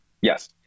yes